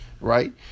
right